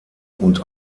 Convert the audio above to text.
und